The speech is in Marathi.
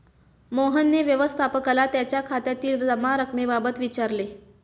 मोहनने व्यवस्थापकाला त्याच्या खात्यातील जमा रक्कमेबाबत विचारले